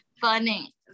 funny